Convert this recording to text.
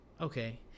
Okay